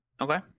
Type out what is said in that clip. okay